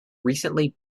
recently